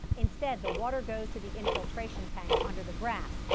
instead, the water goes to the infiltration tank under the grass.